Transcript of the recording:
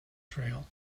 trail